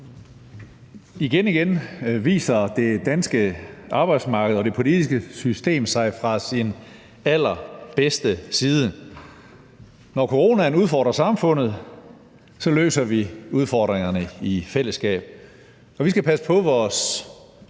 Igen igen viser det danske arbejdsmarked og det politiske system sig fra sin allerbedste side. Når coronaen udfordrer samfundet, løser vi udfordringerne i fællesskab. Vi skal passe på vores